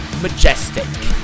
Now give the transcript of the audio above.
majestic